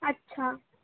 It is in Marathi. अच्छा